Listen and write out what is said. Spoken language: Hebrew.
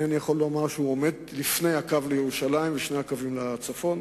אינני יכול לומר שהוא עומד לפני הקו לירושלים ושני הקווים לצפון,